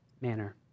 manner